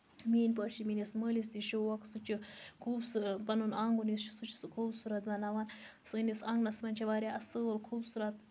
میٛٲنۍ پٲٹھۍ چھِ میٛٲنِس مٲلِس تہِ شوق سُہ چھُ خوٗبصٗرت پَنُن آنٛگُن یُس چھُ سُہ چھُ سُہ خوٗبصوٗرت بَناوان سٲنِس آنگنَس منٛز چھِ واریاہ اَصٕل خوٗبصوٗرت